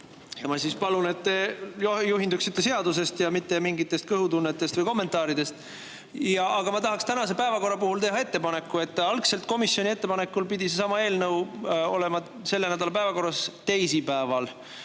ja ma palun, et te juhinduksite seadusest ja mitte mingitest kõhutunnetest või kommentaaridest. Aga ma tahaks tänase päevakorra kohta teha ettepaneku. Algselt pidi komisjoni ettepanekul seesama eelnõu olema selle nädala päevakorras teisipäeval.